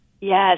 Yes